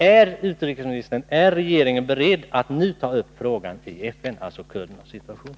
Är, herr utrikesminister, regeringen nu beredd att i FN ta upp frågan om kurdernas situation?